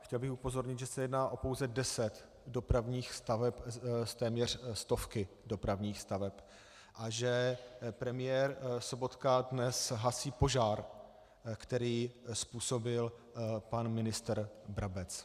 Chtěl bych upozornit, že se jedná pouze o deset dopravních staveb z téměř stovky dopravních staveb a že premiér Sobotka dnes hasí požár, který způsobil pan ministr Brabec.